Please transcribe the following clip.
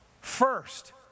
first